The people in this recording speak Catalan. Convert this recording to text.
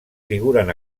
figuren